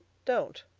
don't.